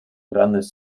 grandes